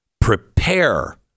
Prepare